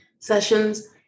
sessions